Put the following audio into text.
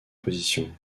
position